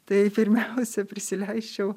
tai pirmiausia prisileisčiau